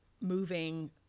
moving